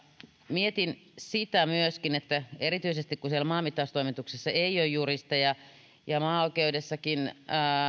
mietin sitä myöskin kun erityisesti maanmittaustoimituksessa ei ole juristeja ja maaoikeudessakin